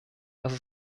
dass